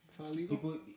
People